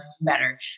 better